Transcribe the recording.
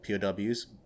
pow's